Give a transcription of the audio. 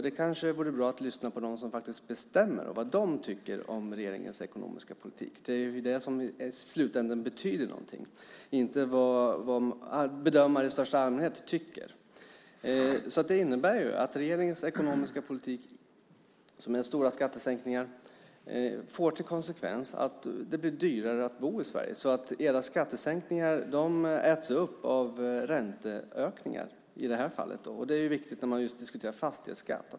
Det kanske vore bra att lyssna på dem som faktiskt bestämmer och vad de tycker om regeringens ekonomiska politik. Det är ju det som i slutänden betyder någonting, inte vad bedömare i största allmänhet tycker. Det innebär ju att regeringens ekonomiska politik, som är stora skattesänkningar, får till konsekvens att det blir dyrare att bo i Sverige. Era skattesänkningar äts upp av räntehöjningar i det här fallet, och det är viktigt när man diskuterar fastighetsskatt.